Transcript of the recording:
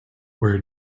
where